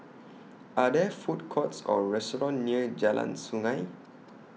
Are There Food Courts Or restaurants near Jalan Sungei